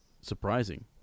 surprising